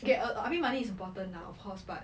get err I mean money is important lah of course but